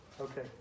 Okay